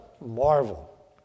marvel